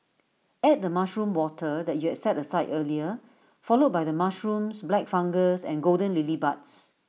add the mushroom water that you had set aside earlier followed by the mushrooms black fungus and golden lily buds